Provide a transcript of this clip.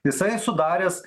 jisai sudaręs